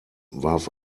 warf